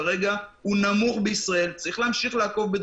ובכן, זאת הטעייה שלהם, גבירותיי ורבותי.